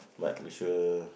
but make sure